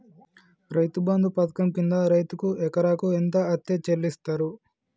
రైతు బంధు పథకం కింద రైతుకు ఎకరాకు ఎంత అత్తే చెల్లిస్తరు?